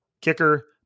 Kicker